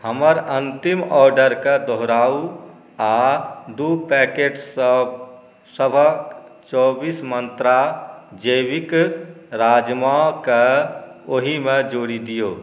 हमर अन्तिम ऑर्डर के दोहराउ आ दू पैकेटसभ सभक चौबीस मंत्रा जैविक राजमा के ओहिमे जोड़ि दियौ